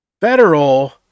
Federal